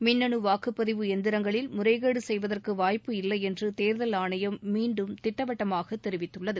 மின்னனு வாக்குப்பதிவு எந்திரங்களில் முறைகேடு செய்வதற்கு வாய்ப்பு இல்லை என்று தேர்தல் ஆணையம் மீண்டும் திட்டவட்டமாக தெரிவித்துள்ளது